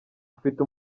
ufite